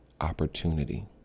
opportunity